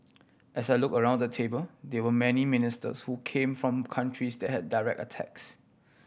as I look around the table there were many ministers who came from countries that had direct attacks